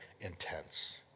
intense